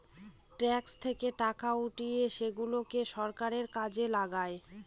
tax থেকে টাকা উঠিয়ে সেগুলাকে সরকার কাজে লাগায়